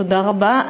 תודה רבה.